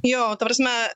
jo ta prasme